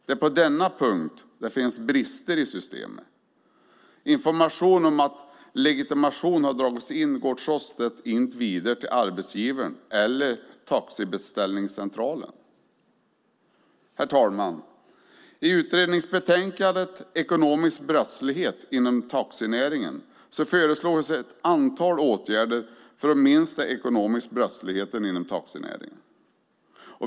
Det är på denna punkt det finns brister i systemet - information om att legitimationen har dragits in går inte vidare till arbetsgivaren eller taxibeställningscentralen. Herr talman! I utredningsbetänkandet Ekonomisk brottslighet inom taxinäringen föreslås ett antal åtgärder för att minska den ekonomiska brottsligheten inom taxinäringen.